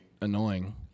annoying